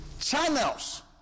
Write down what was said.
channels